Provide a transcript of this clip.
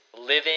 Living